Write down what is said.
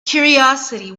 curiosity